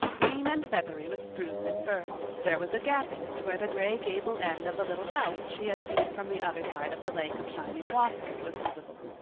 green and feathery with spruce and fir there was a gap in it where the gray gable end of the little house she had seen from the other side of the lake of shining waters was visible.